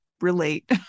relate